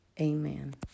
amen